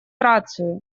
рацию